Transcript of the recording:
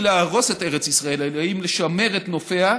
להרוס את ארץ ישראל אלא עם לשמר את נופיה,